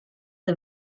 the